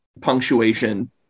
punctuation